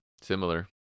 Similar